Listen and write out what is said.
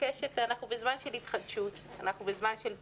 אנחנו בזמן של התחדשות, אנחנו בזמן של תיקון,